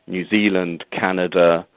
new zealand, canada,